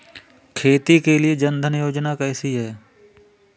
खेती के लिए जन धन योजना कैसी है?